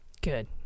Good